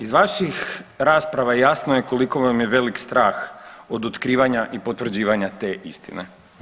Iz vaših rasprava jasno je koliko vam je velik strah od otkrivanja i potvrđivanja te istine.